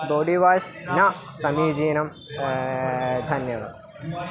body wash न समीचीनं धन्यवादः